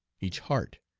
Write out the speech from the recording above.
each heart,